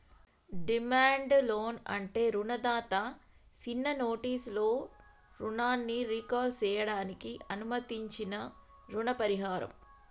demand loan అంటే రుణదాత సిన్న నోటీసులో రుణాన్ని రీకాల్ సేయడానికి అనుమతించించీ రుణ పరిహారం